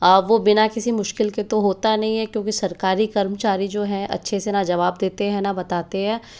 वो बिना किसी मुश्किल के तो होता नहीं है क्योंकि सरकारी कर्मचारी जो है अच्छे से न जवाब देते हैं न बताते हैं